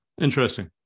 interesting